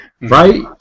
Right